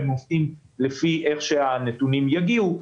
הם עובדים לפי איך שהנתונים יגיעו.